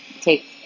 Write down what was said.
take